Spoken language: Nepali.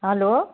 हेलो